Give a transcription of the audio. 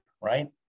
Right